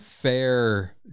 fair